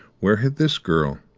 where had this girl,